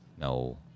No